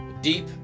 Deep